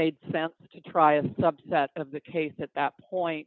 made sense to try a subset of the case at that point